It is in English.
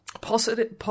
positive